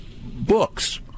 books